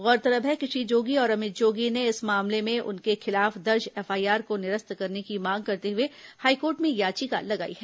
गौरतलब है कि श्री जोगी और अमित जोगी ने इस मामले में उनके खिलाफ दर्ज एफआईआर को निरस्त करने की मांग करते हुए हाईकोर्ट में याचिका लगाई है